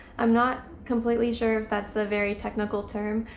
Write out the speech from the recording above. i'm not completely sure if that's a very technical term,